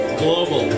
global